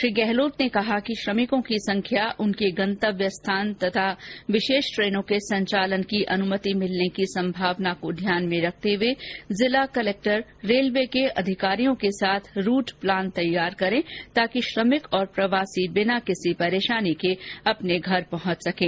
श्री गहलोत ने कहा कि श्रमिकों की संख्या उनके गंतव्य स्थान तथा विशेष ट्रेनों के संचालन की अनुमति मिलने की सम्मावना को ध्यान में रखते हुए जिला कलक्टर रेलवे के अधिकारियों के साथ रूट प्लान तैयार करें ताकि श्रमिक और प्रवासी बिना किसी परेशानी के अपने घर पहुंच सकें